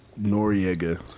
Noriega